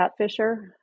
catfisher